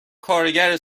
کارگر